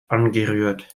angerührt